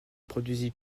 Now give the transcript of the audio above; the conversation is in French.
produisit